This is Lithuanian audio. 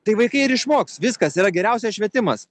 tai vaikai ir išmoks viskas yra geriausias švietimas